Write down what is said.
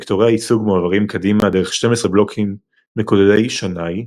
וקטורי הייצוג מועברים קדימה דרך 12 בלוקים מקודד שנאי,